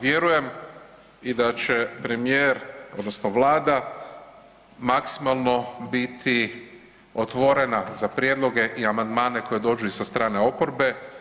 Vjerujem i da će premijer odnosno Vlada maksimalno biti otvorena za prijedloge i amandmane koji dođu i sa strane oporbe.